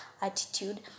attitude